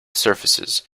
surfaces